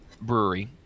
brewery